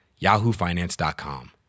yahoofinance.com